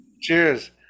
Cheers